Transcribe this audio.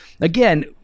Again